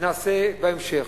נעשה בהמשך,